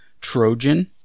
Trojan